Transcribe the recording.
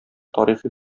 тарихи